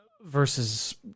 versus